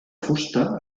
fusta